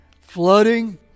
flooding